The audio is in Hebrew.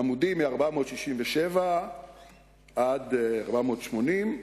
עמודים 467 480,